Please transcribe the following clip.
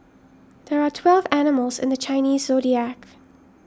there are twelve animals in the Chinese zodiac